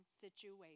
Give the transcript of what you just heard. situation